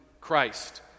Christ